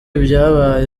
ibyabaye